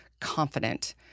confident